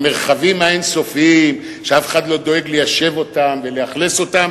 המרחבים האין-סופיים שאף אחד לא דואג ליישב אותם ולאכלס אותם,